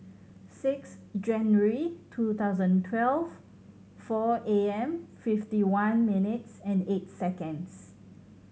six January two thousand twelve four A M fifty one minutes and eight seconds